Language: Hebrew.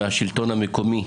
מהשלטון המקומי,